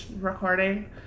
recording